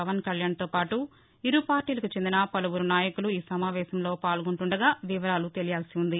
పవన్ కళ్యాణ్తో పాటు ఇరు పార్లీలకు చెందిన పలువురు నాయకులు ఈ సమావేశంలో పాల్గొంటుండగా వివరాలు తెలియాల్సి ఉంది